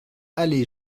allée